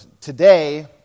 today